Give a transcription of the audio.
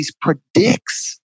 predicts